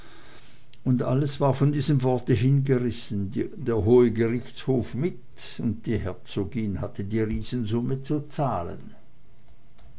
ever alles war von diesem worte hingerissen der hohe gerichtshof mit und die herzogin hatte die riesensumme zu zahlen